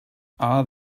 are